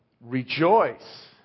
rejoice